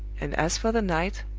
and as for the night,